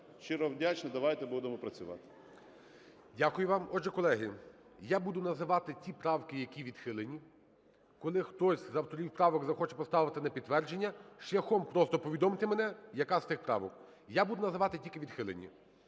Щиро вдячний. Давайте будемо працювати. ГОЛОВУЮЧИЙ. Дякую вам. Отже, колеги, я буду називати ті правки, які відхилені. Коли хтось із авторів правок захоче поставити на підтвердження шляхом… просто повідомте мене, яка з тих правок. Я буду називати тільки відхилені.